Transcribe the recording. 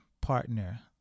partner